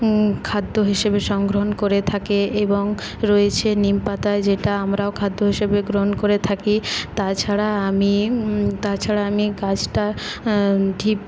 খাদ্য হিসাবে সংগ্রহ করে থাকে এবং রয়েছে নিমপাতা যেটা আমরাও খাদ্য হিসাবে গ্রহণ করে থাকি তাছাড়া আমি তাছাড়া আমি গাছটা ঢিপ